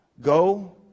go